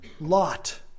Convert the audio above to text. Lot